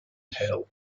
hill